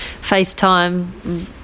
FaceTime